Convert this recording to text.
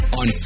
on